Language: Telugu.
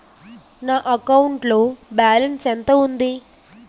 నా అకౌంట్ లో బాలన్స్ ఎంత ఉంది?